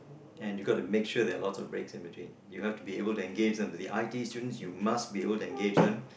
and you got to make sure that lots of breaks in between you have to be able to engage them I_T students you must be able to engage them